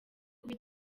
kuba